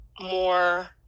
more